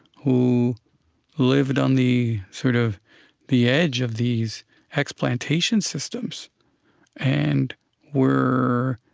who lived on the sort of the edge of these ex-plantation systems and were,